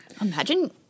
Imagine